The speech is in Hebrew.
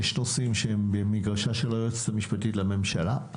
יש נושאים שהם במגרשה של היועצת המשפטית לממשלה.